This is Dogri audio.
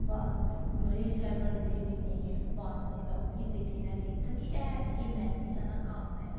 बांस बड़े शैल बने दे हे बिन्ने बांस दे में ओह् बी खरिदी लेई आने ऐ ते एह् मैहनती आह्ला कम्म ऐ